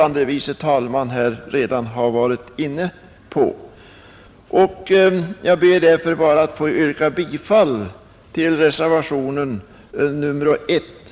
Andre vice talmannen fru Nettelbrandt har redan berört den frågan, och jag ber därför bara att få yrka bifall till reservationen 1.